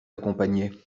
accompagnait